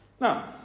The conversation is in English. Now